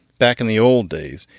back in the old days,